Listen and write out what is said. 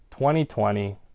2020